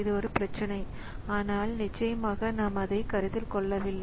இது ஒரு பிரச்சினை ஆனால் நிச்சயமாக நாம்அதை கருத்தில் கொள்ளவில்லை